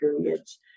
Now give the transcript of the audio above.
periods